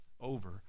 over